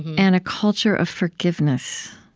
and a culture of forgiveness.